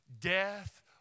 Death